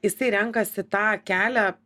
jisai renkasi tą kelią